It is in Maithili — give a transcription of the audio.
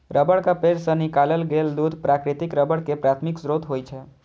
रबड़क पेड़ सं निकालल गेल दूध प्राकृतिक रबड़ के प्राथमिक स्रोत होइ छै